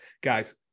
Guys